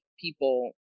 people